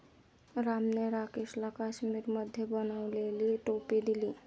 रामने राकेशला काश्मिरीमध्ये बनवलेली टोपी दिली